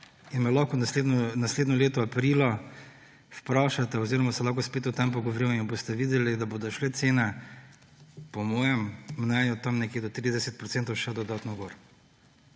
me naslednje leto aprila vprašate oziroma se lahko spet o tem pogovorimo in boste videli, da bodo šle cene po mojem mnenju tam nekje do 30 procentov še dodatno gor.